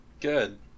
good